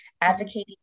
advocating